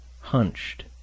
hunched